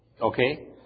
Okay